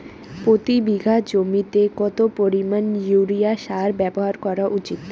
প্রতি বিঘা জমিতে কত পরিমাণ ইউরিয়া সার ব্যবহার করা উচিৎ?